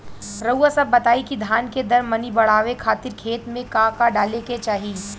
रउआ सभ बताई कि धान के दर मनी बड़ावे खातिर खेत में का का डाले के चाही?